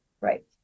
right